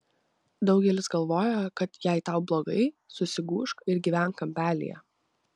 daugelis galvoja kad jei tau blogai susigūžk ir gyvenk kampelyje